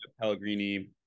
Pellegrini